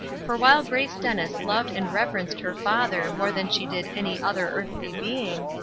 for while grace dennis loved and reverenced her father more than she did any other earthly being,